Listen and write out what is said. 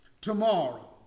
tomorrow